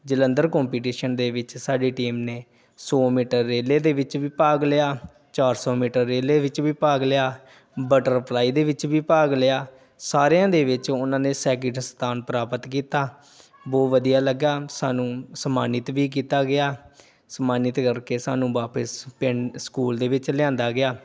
Jalandhar competition ਦੇ ਵਿੱਚ ਸਾਡੀ ਟੀਮ ਨੇ ਸੌ ਮੀਟਰ ਰੇਲੇ ਦੇ ਵਿੱਚ ਵੀ ਭਾਗ ਲਿਆ ਚਾਰ ਸੌ ਮੀਟਰ ਰੇਲੇ ਵਿੱਚ ਵੀ ਭਾਗ ਲਿਆ ਬਟਰਫਲਾਈ ਦੇ ਵਿੱਚ ਵੀ ਭਾਗ ਲਿਆ ਸਾਰਿਆਂ ਦੇ ਵਿੱਚ ਉਹਨਾਂ ਨੇ ਸੈਕਿੰਡ ਸਥਾਨ ਪ੍ਰਾਪਤ ਕੀਤਾ ਬਹੁਤ ਵਧੀਆ ਲੱਗਿਆ ਸਾਨੂੰ ਸਨਮਾਨਿਤ ਵੀ ਕੀਤਾ ਗਿਆ ਸਨਮਾਨਿਤ ਕਰਕੇ ਸਾਨੂੰ ਵਾਪਿਸ ਪਿੰਡ ਸਕੂਲ ਦੇ ਵਿੱਚ ਲਿਆਂਦਾ ਗਿਆ